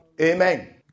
Amen